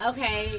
Okay